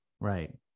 Right